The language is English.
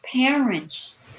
parents